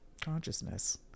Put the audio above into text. consciousness